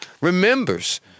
remembers